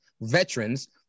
veterans